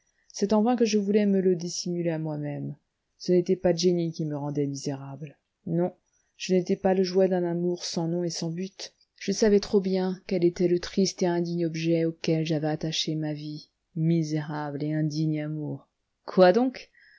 c'est en vain que je voulais me le dissimuler à moi-même ce n'était pas jenny qui me rendait misérable non je n'étais pas le jouet d'un amour sans nom et sans but je savais trop bien quel était le triste et indigne objet auquel j'avais attaché ma vie misérable et indigne amour quoi donc